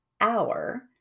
hour